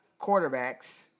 quarterbacks